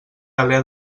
alé